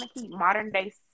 modern-day